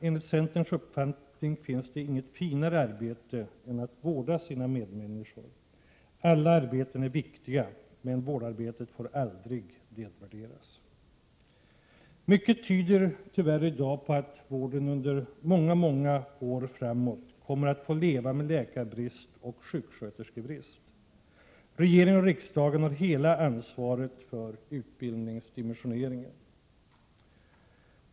Enligt centerns uppfattning finns det inget finare arbete än att vårda sina medmänniskor. Alla arbeten är viktiga — men vårdarbetet får aldrig nedvärderas. Mycket tyder tyvärr i dag på att vården under många, många år framåt kommer att få leva med läkarbrist och sjuksköterskebrist. Regeringen och riksdagen har hela ansvaret för utbildningsdimensioneringen.